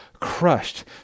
Crushed